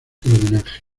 homenaje